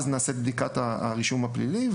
ואז נעשית בדיקת הרישום הפלילי,